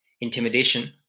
intimidation